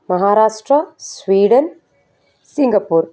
Maharashtra Sweden Singapore